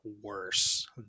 worse